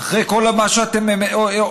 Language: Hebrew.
אחרי כל מה שאתם אומרים,